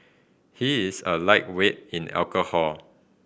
he is a lightweight in alcohol